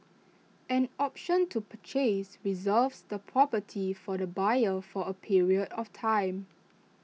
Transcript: an option to purchase reserves the property for the buyer for A period of time